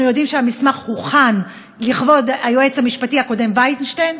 אנחנו יודעים שהמסמך הוכן לכבוד היועץ המשפטי הקודם וינשטיין,